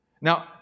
Now